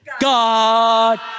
God